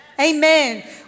Amen